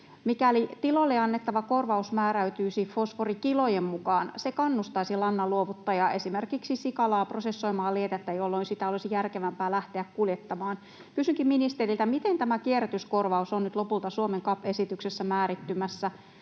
Mikäli tiloille annettava korvaus määräytyisi fosforikilojen mukaan, se kannustaisi lannan luovuttajaa, esimerkiksi sikalaa, prosessoimaan lietettä, jolloin sitä olisi järkevämpää lähteä kuljettamaan. Kysynkin ministeriltä: Miten tämä kierrätyskorvaus on nyt lopulta Suomen CAP-esityksessä määrittymässä?